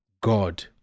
God